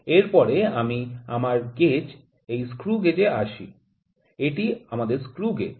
এরপরের আমি আমার গেজ এই স্ক্রু গেজে আসি এটি আমাদের স্ক্রু গেজ